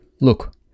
look